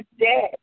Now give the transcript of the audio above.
dead